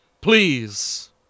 Please